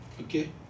Okay